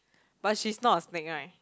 but she's not a snake right